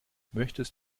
möchtest